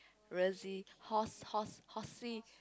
Rosie Horse Horse Horsie